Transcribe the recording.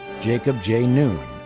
jacob j. noon,